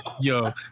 yo